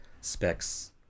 specs